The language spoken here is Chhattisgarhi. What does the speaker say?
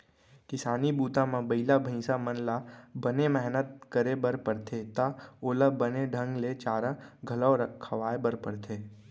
किसानी बूता म बइला भईंसा मन ल बने मेहनत करे बर परथे त ओला बने ढंग ले चारा घलौ खवाए बर परथे